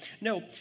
No